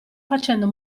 facendo